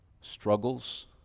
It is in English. struggles